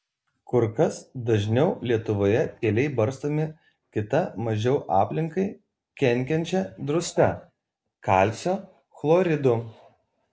kur kas dažniau lietuvoje keliai barstomi kita mažiau aplinkai kenkiančia druska kalcio chloridu